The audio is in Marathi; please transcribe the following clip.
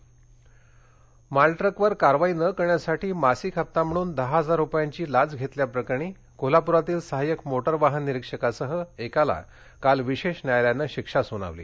कोल्हापूर मालट्रकवर कारवाई न करण्यासाठी मासिक हप्ता म्हणून दहा हजार रुपयांची लाच घेतल्या प्रकरणी कोल्हापुरातील सहाय्यक मोटार वाहन निरीक्षकांसह एकाला काल विशेष न्यायालयानं शिक्षा सुनावली